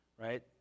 right